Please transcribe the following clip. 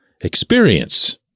experience